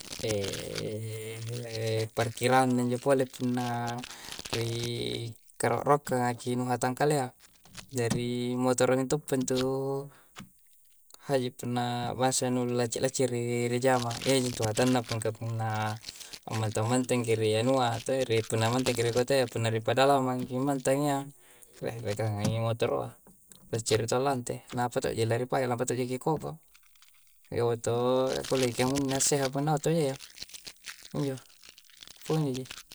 parkiranna njo pole punna ri karoa'-roakkangngaki nu hatang kalea'. Jari motoro mintoppa ntu haji' punna bansa nu lacci'-lacciri rijama. Iya ji intu hatanna mingka punna ammantang-mantang ki ri anua toh, punna mantang ri kotayya. Punna ri pedalamangki mantang iyya, beh rekangngangi motoroa, lacciri taua allante. Na apa to'ji la ri pake, lampa to'jaki ri koko. E oto akkulle jaki kamunnina asseha punna oto ja iyya. Injo, pakunjo ji.